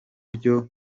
byo